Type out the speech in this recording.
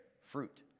fruit